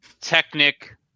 Technic